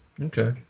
okay